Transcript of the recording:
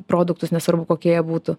produktus nesvarbu kokie jie būtų